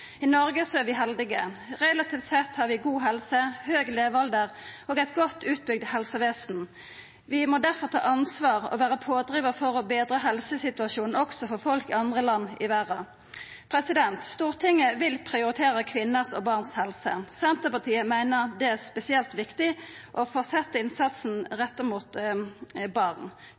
I Noreg er vi heldige. Relativt sett har vi god helse, høg levealder og eit godt utbygd helsevesen. Vi må difor ta ansvar og vera pådrivarar for å betra helsesituasjonen også for folk i andre land i verda. Stortinget vil prioritera helsa til kvinner og barn. Senterpartiet meiner det er spesielt viktig å fortsetja innsatsen retta mot barn.